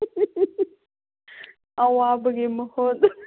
ꯑꯋꯥꯕꯒꯤ ꯃꯍꯨꯠ